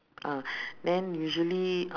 ah then usually uh